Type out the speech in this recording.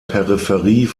peripherie